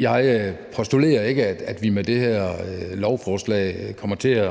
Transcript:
Jeg postulerer ikke, at vi med det her lovforslag kommer til at